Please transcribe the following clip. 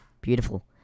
Beautiful